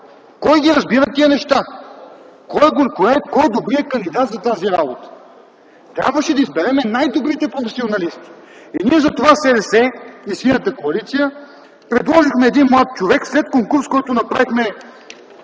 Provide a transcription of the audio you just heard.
Кой разбира тия неща? Кой е добрият кандидат за тази работа? Трябваше да изберем най-добрите професионалисти. Затова ние – СДС и „Синята коалиция”, предложихме един млад човек, след конкурс, който направихме